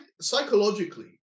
psychologically